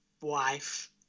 Wife